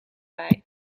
bij